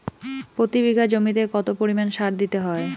প্রতি বিঘা জমিতে কত পরিমাণ সার দিতে হয়?